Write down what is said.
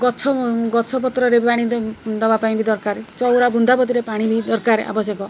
ଗଛ ଗଛପତ୍ରରେ ପାଣି ଦେବା ପାଇଁ ବି ଦରକାର ଚଉରା ବୃନ୍ଦାବତୀରେ ପାଣି ବି ଦରକାର ଆବଶ୍ୟକ